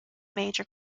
major